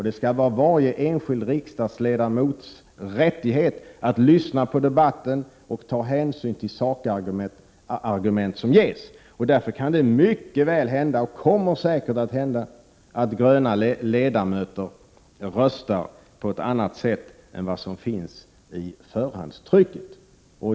Det skall vara varje enskild riksdagsledamots rättighet att lyssna på debatten och ta hänsyn till sakargument som ges. Därför kan det mycket väl hända och kommer säkert att hända att gröna ledamöter röstar på ett annat sätt än vad som står i förhandstrycket.